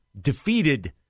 defeated